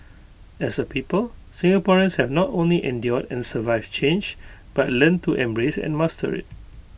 as A people Singaporeans have not only endured and survived change but learned to embrace and master IT